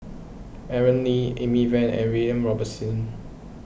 Aaron Lee Amy Van and William Robinson